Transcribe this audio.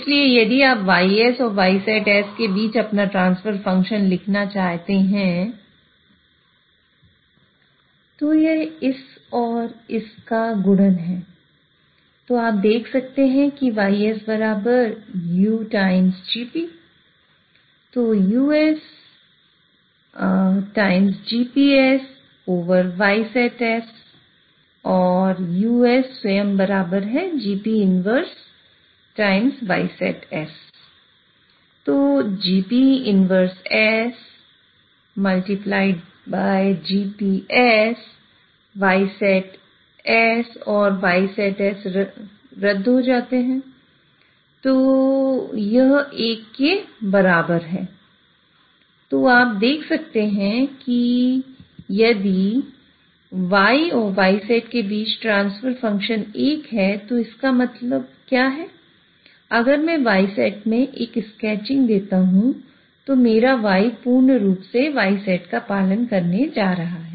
इसलिए यदि आप y 1 है तो इसका क्या मतलब है अगर मैं ysetमें एक स्केचिंग देता हूं तो मेराy पूर्ण रूप से ysetका पालन करने जा रहा है